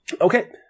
Okay